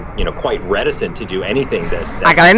you know, quite reticent to do anything that that